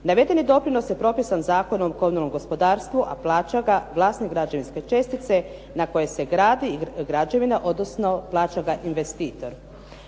Navedeni doprinos je propisan Zakonom o komunalnom gospodarstvu a plaća ga vlasnik građevinske čestice na koje se gradi građevina, odnosno plaća ga investitor.